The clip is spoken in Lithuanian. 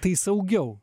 tai saugiau